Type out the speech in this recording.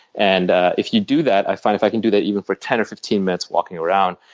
and ah if you do that, i find if i can do that even for ten or fifteen minutes walking around,